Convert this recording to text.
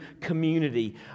community